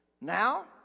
Now